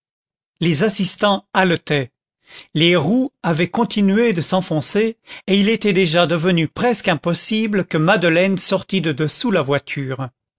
les assistants haletaient les roues avaient continué de s'enfoncer et il était déjà devenu presque impossible que madeleine sortît de dessous la voiture